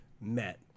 met